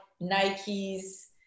nike's